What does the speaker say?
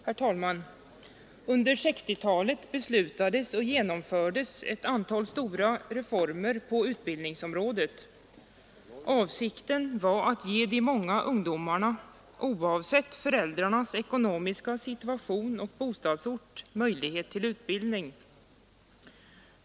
Herr talman! Under 1960-talet beslutades och genomfördes ett antal stora reformer på utbildningsområdet. Avsikten var att ge de många ungdomarna, oavsett föräldrarnas ekonomiska situation och bostadsort, möjlighet till utbildning.